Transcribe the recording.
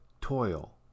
toil